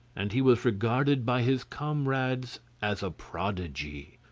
and he was regarded by his comrades as a prodigy.